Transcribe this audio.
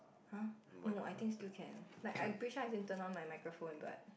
[huh] no I think still can like I'm pretty sure I can turn on my microphone but